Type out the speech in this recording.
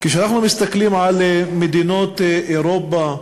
כשאנחנו מסתכלים על מדינות אירופה,